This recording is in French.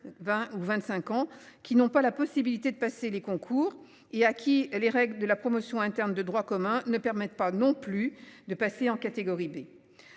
20 ou 25 ans qui n'ont pas la possibilité de passer les concours et à qui les règles de la promotion interne de droit commun ne permettent pas non plus de passer en catégorie B